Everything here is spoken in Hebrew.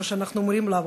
כמו שאנחנו אמורים להוות,